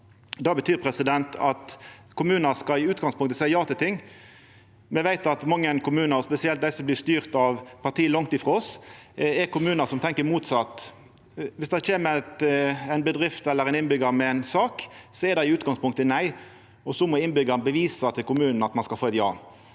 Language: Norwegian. Det betyr at kommunar i utgangspunktet skal seia ja til ting. Me veit at mange kommunar, og spesielt dei som blir styrte av parti langt frå oss, er kommunar som tenkjer motsett. Om det kjem ei bedrift eller ein innbyggjar med ei sak, er det i utgangspunktet nei, og så må innbyggjaren bevisa for kommunen at ein skal få eit ja.